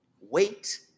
Wait